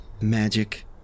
magic